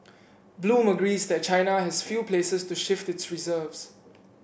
bloom agrees that China has few places to shift its reserves